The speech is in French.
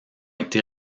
été